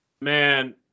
Man